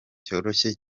cyoroshye